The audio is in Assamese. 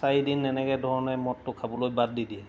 চাৰিদিন এনেকৈ ধৰণে মদটো খাবলৈ বাদ দি দিয়ে